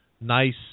nice